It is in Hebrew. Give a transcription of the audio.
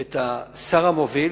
את השר המוביל,